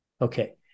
Okay